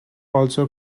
also